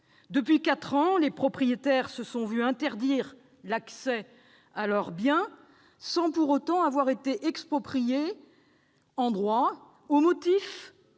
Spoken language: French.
Depuis quatre ans, les propriétaires se voient interdire l'accès à leur bien, sans pour autant avoir été expropriés en droit, au motif